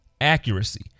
accuracy